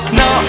no